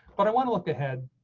but i want to look ahead.